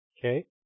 Okay